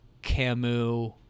Camus